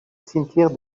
cimetière